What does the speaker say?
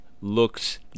looks